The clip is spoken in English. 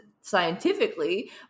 scientifically